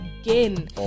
again